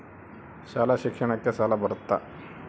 ಶಾಲಾ ಶಿಕ್ಷಣಕ್ಕ ಸಾಲ ಬರುತ್ತಾ?